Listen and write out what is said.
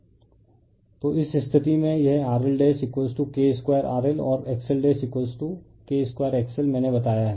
refer slide time 2906 तो इस स्थिति में यह R L K 2R L और X L K 2 X L मैने बताया हैं